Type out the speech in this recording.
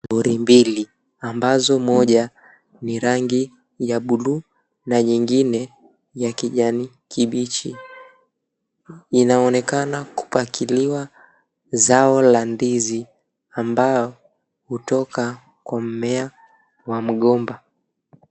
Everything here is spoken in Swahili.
Buri mbili ambazo moja ni rangi ya buluu na nyingine ya kijani kibichi inaonekana kupakiliwa zao la ndizi ambao hutoka kwa mmea wa mgomba.